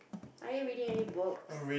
are you reading any books